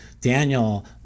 Daniel